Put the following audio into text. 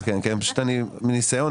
פשוט מניסיון,